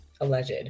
alleged